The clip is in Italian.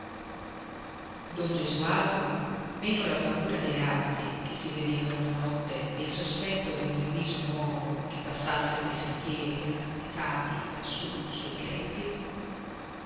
don gesualdo meno la paura dei razzi che si vedevano la notte e il sospetto di ogni viso nuovo che passasse pei sentieri arrampicati lassù sui greppi